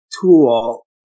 tool